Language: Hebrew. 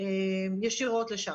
לשם ישירות.